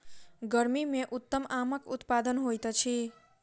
गर्मी मे उत्तम आमक उत्पादन होइत अछि